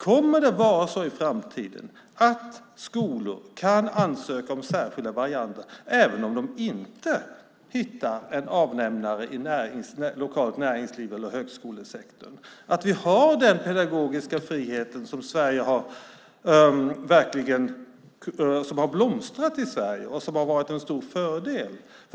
Kommer det att vara så i framtiden att skolor kan ansöka om särskilda varianter även om de inte hittar en avnämare i lokalt näringsliv eller högskolesektorn och att vi har den pedagogiska frihet som verkligen har blomstrat i Sverige och som har varit en stor fördel?